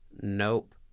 Nope